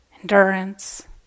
endurance